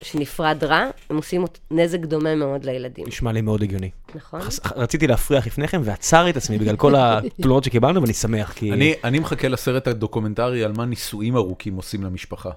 שנפרד רע, הם עושים נזק דומה מאוד לילדים. נשמע לי מאוד הגיוני. נכון? רציתי להפריח לפניכם ועצר את עצמי בגלל כל התלונות שקיבלנו, ואני שמח כי... אני מחכה לסרט הדוקומנטרי על מה נישואים ארוכים עושים למשפחה.